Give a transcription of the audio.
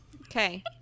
Okay